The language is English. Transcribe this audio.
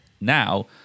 now